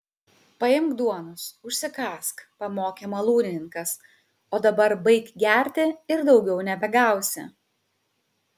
paimk duonos užsikąsk pamokė malūnininkas o dabar baik gerti ir daugiau nebegausi